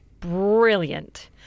brilliant